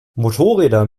motorräder